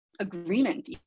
agreement